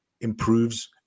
improves